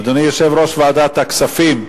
אדוני יושב-ראש ועדת הכספים,